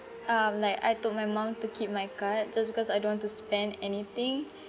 um like I told my mum to keep my card just because I don't want to spend anything